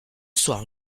soir